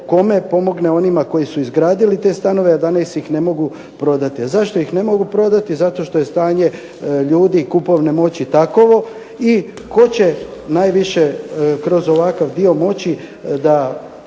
kome? Pomogne onima koji su izgradili te stanove, a danas ih ne mogu prodati. A zašto ih ne mogu prodati? Zato što je stanje ljudi kupovne moći takovo i tko će najviše kroz ovakav dio moći da